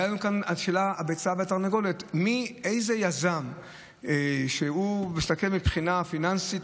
הייתה לנו פה שאלת הביצה והתרנגולת: איזה יזם שמסתכל מבחינה פיננסית,